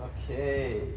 okay